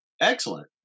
Excellent